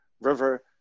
river